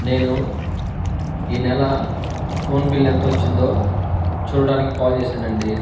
నేను ఈ నెల ఫోన్ బిల్ ఎంత వచ్చిందో చూడడానికి కాల్ చేశానండి